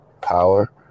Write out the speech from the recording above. power